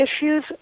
Issues